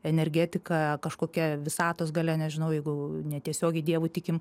energetika kažkokia visatos galia nežinau jeigu netiesiogiai dievu tikim